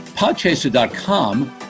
podchaser.com